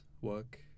work